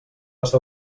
està